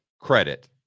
credit